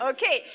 Okay